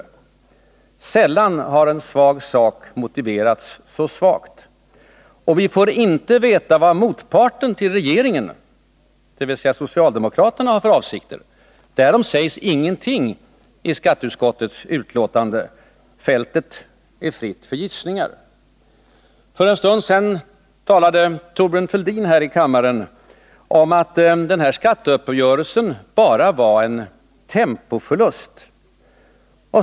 Sällan har en svag sak motiverats så svagt. Vi får inte veta vad motparten till regeringen, dvs, socialdemokraterna, har för avsikter. Därom sägs ingenting i skatteutskottets betänkande. Fältet är fritt för gissningar. För en stund sedan talade Thorbjörn Fälldin här i kammaren om att skatteuppgörelsen bara var en tempoförlust.